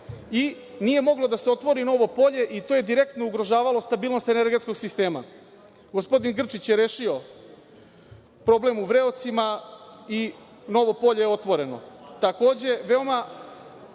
i nije moglo da se otvori novo polje i to je direktno ugrožavalo stabilnost energetskog sistema. Gospodin Grčić je rešio problem u Vreocima i novo polje je otvoreno.